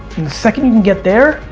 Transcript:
and the second you can get there,